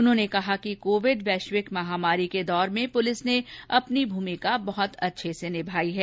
उन्होंने कहा कि कोविड वैश्विक महामारी के दौर में पुलिस ने अपनी भूमिका बहुत अच्छे से निभाई है